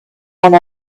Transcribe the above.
one